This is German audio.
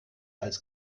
als